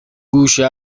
گوشه